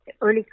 early